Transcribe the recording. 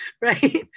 right